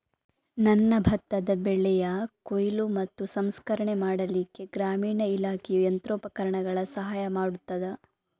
ನನ್ನ ಭತ್ತದ ಬೆಳೆಯ ಕೊಯ್ಲು ಮತ್ತು ಸಂಸ್ಕರಣೆ ಮಾಡಲಿಕ್ಕೆ ಗ್ರಾಮೀಣ ಇಲಾಖೆಯು ಯಂತ್ರೋಪಕರಣಗಳ ಸಹಾಯ ಮಾಡುತ್ತದಾ?